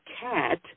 cat